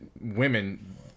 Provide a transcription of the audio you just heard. women